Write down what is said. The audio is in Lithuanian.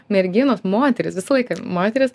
merginos moterys visą laiką moterys